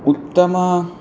उत्तमा